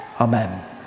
amen